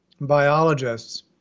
biologists